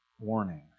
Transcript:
warnings